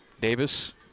Davis